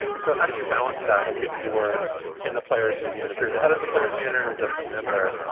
and so how do you balance that? like if you were in the players union, if you're the head of the players union or just a member,